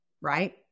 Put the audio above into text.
right